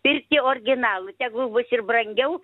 pirkti orginalų tegul bus ir brangiau